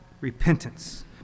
repentance